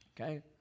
okay